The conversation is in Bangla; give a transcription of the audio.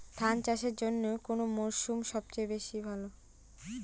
ধান চাষের জন্যে কোন মরশুম সবচেয়ে ভালো?